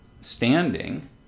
standing